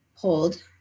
hold